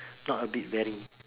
not a bit very